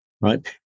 right